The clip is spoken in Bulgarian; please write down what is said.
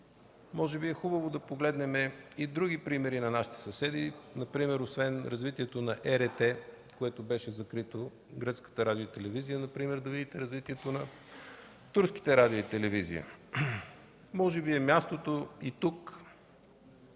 Може би е хубаво да погледнем и други примери на нашите съседи. Например освен развитието на ЕРТ, което беше закрито – гръцките радио и телевизия, да видите развитието на турските радио и телевизия. Може би е мястото тук